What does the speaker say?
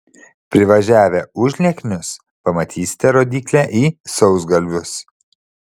privažiavę užlieknius pamatysite rodyklę į sausgalvius